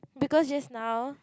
because just now